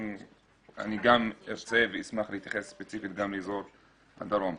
אני גם ארצה ואשמח להתייחס ספציפית לאזור הדרום.